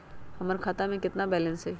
हमर खाता में केतना बैलेंस हई?